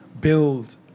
build